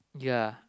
ya